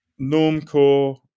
Normcore